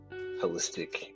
holistic